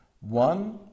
One